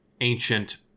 ancient